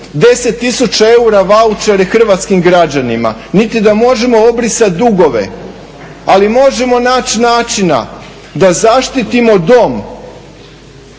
10 000 eura vauchere hrvatskim građanima niti da možemo obrisat dugove, ali možemo naći načina da zaštitimo dom,